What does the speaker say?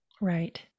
Right